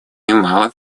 немало